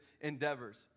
endeavors